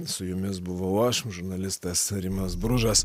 su jumis buvau aš žurnalistas rimas bružas